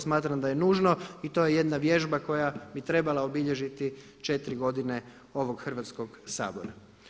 Smatram da je nužno i to je jedna vježba koja bi trebala obilježiti četiri godine ovog Hrvatskog sabora.